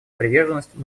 приверженность